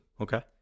Okay